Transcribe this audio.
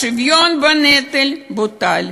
השוויון בנטל בוטל.